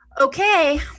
Okay